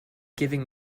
giving